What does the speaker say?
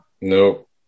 Nope